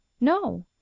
NO